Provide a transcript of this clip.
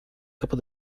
capo